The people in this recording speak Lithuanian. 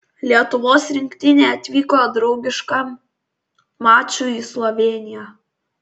lietuvos rinktinė atvyko draugiškam mačui į slovėniją